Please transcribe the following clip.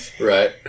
Right